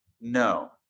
no